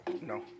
No